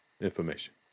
information